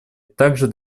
также